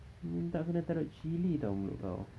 minta kena taruh chilli [tau] mulut kau